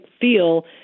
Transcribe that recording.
feel